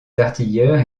artilleurs